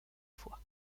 fois